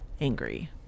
angry